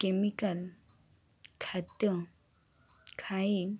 chemical ଖାଦ୍ୟ ଖାଇ